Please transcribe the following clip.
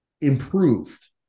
improved